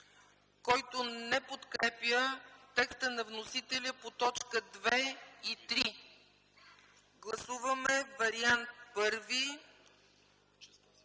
който не подкрепя текста на вносителя по точки 2 и 3. Гласуваме вариант